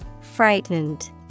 Frightened